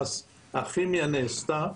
הכימיה נעשתה,